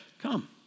Come